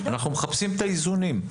אנחנו מחפשים את האיזונים.